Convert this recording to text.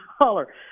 dollar